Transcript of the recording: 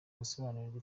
gusobanukirwa